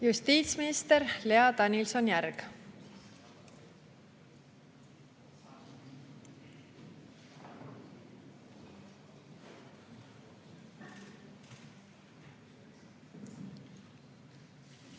Justiitsminister Lea Danilson-Järg.